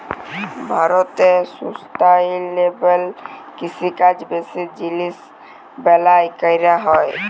ভারতে সুস্টাইলেবেল কিষিকাজ বেশি জিলিস বালাঁয় ক্যরা হ্যয়